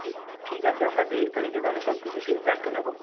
ঠিক ঠিক আছে আমরা তেইশ তারিখে তাহলে সবকিছু সিদ্ধান্ত নেব